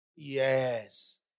Yes